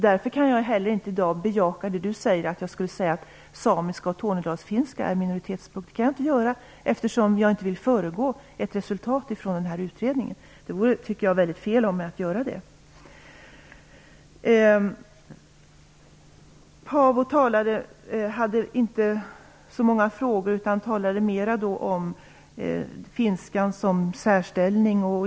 Därför kan jag inte heller, som Ulf Kero vill, säga att samiska och tornedalsfinska är minoritetsspråk; jag vill ju inte föregripa utredningens resultat. Det vore fel av mig att göra det. Paavo Vallius hade inte så många frågor utan talade mer om finskans särställning.